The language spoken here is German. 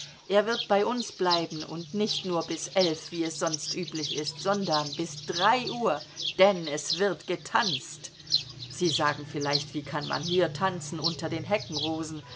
er wird bei uns bleiben nicht nur bis elf wie es sonst üblich ist sondern bis drei uhr denn es wird getanzt sie sagen vielleicht wie kann man hier tanzen unter den